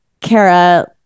Kara